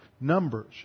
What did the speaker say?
numbers